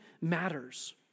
matters